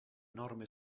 norme